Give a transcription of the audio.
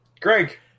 Greg